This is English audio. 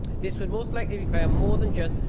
this would most likely require more than just